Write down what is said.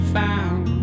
found